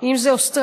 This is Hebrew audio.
אם זה אוסטרליה,